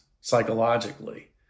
psychologically